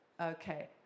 okay